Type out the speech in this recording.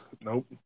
Nope